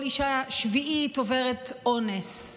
כל אישה שביעית עוברת אונס.